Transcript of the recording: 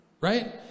right